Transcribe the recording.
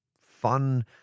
fun